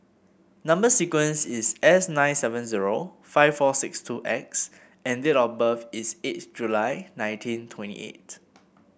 number sequence is S nine seven zero five four six two X and date of birth is eighth July nineteen twenty eight